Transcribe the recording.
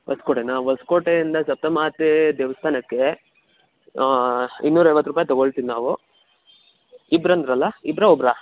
ಹೊಸಕೋಟೆನ ಹೊಸಕೋಟೆಯಿಂದ ಸಪ್ತಮಾತೆ ದೇವಸ್ಥಾನಕ್ಕೆ ಇನ್ನೂರೈವತ್ತು ರೂಪಾಯಿ ತೊಗೊಳ್ತೀವಿ ನಾವು ಇಬ್ಬರಂದ್ರಲ್ಲ ಇಬ್ಬರಾ ಒಬ್ಬರಾ